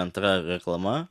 antra reklama